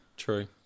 True